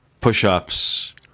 push-ups